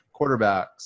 quarterbacks